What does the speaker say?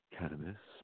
Cannabis